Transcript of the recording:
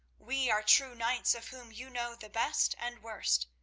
we are true knights of whom you know the best and worst,